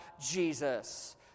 Jesus